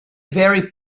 very